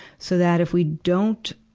so that if we don't,